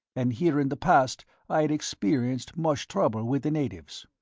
and here in the past i had experienced much trouble with the natives.